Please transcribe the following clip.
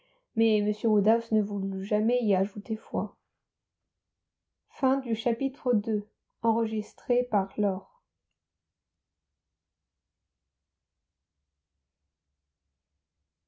mais m woodhouse ne voulut jamais y ajouter foi